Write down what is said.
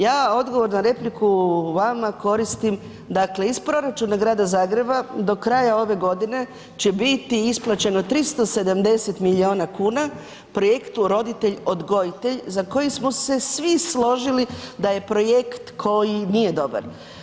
Ja odgovor na repliku vama koristim, dakle iz proračuna grada Zagreba do kraja ove godine će biti isplaćeno 370 milijuna kuna, projektu roditelj-odgojitelj za koji smo se svi složili da je projekt koji nije dobar.